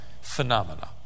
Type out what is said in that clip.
phenomena